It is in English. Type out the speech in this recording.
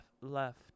left